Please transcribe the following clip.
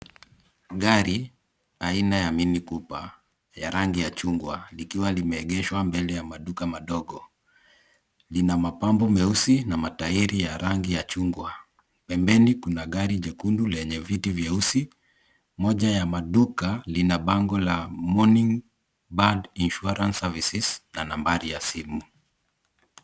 Gari aina ya minikuba ya rangi ya chungwa likiwa limeegeshwa kando ya maduka madogo, lina mapambo meusi na mataeli ya rangi ya chungwa. pembeni kuna gari jekundu lenye viti vyeusi, moja ya maduka lina bango la morning bad insurance services na nambari ya simu.